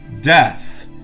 death